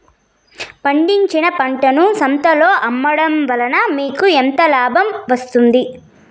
పండించిన పంటను సంతలలో అమ్మడం వలన మీకు ఎంత లాభం వస్తుంది?